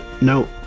no